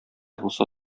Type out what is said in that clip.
булса